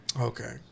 okay